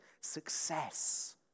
Success